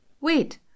Wait